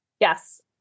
Yes